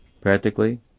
practically